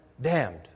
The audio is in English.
damned